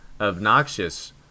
obnoxious